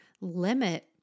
limit